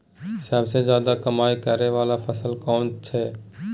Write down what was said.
सबसे ज्यादा कमाई करै वाला फसल कोन छै?